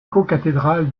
cocathédrale